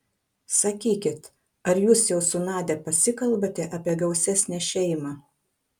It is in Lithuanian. sakykit ar jūs jau su nadia pasikalbate apie gausesnę šeimą